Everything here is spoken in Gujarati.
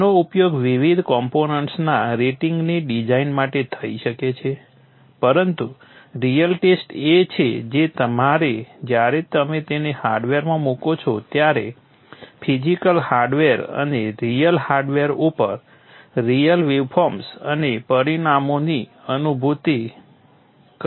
તેનો ઉપયોગ વિવિધ કોમ્પોનન્ટ્સના રેટિંગની ડિઝાઇન માટે થઈ શકે છે પરંતુ રિઅલ ટેસ્ટ એ છે કે જ્યારે તમે તેને હાર્ડવેરમાં મૂકો છો ત્યારે ફિઝિકલ હાર્ડવેર અને રિઅલ હાર્ડવેર ઉપર રિઅલ વેવફોર્મ્સ અને પરિણામોની અનુભૂતિ કઋ શકો છો